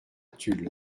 tulle